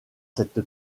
cette